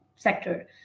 sector